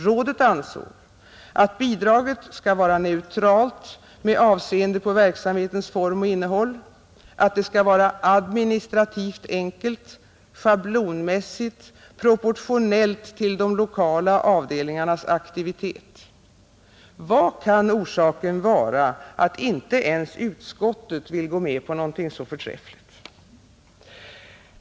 Rådet ansåg att bidraget skall vara neutralt med avseende på verksamhetens form och innehåll, att det skall vara administrativt enkelt, schablonmässigt, proportionellt till de lokala avdelningarnas aktivitet. Vad kan orsaken vara till att inte ens utskottet vill gå med på något så förträffligt?